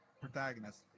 protagonist